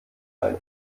ein